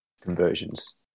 conversions